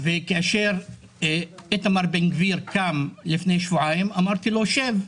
כאשר איתמר בן גביר קם לפני שבועיים אמרתי לו "שב"